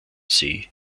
see